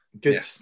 Good